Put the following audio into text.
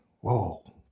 whoa